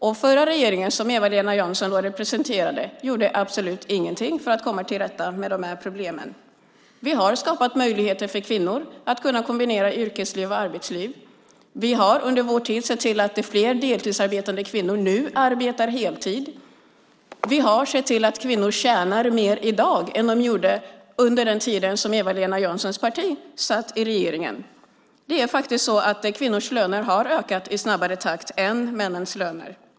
Den förra regeringen, som Eva-Lena Jansson stödde, gjorde absolut ingenting för att komma till rätta med dessa problem. Vi har skapat möjligheter för kvinnor att kombinera yrkesliv och arbetsliv. Vi har under vår tid sett till att fler deltidsarbetande kvinnor nu arbetar heltid. Vi har sett till att kvinnor tjänar mer i dag än de gjorde under den tid som Eva-Lena Janssons parti satt i regeringen. Kvinnors löner har faktiskt ökat i snabbare takt än männens löner.